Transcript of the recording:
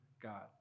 God